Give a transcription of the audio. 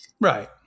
Right